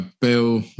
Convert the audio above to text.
Bill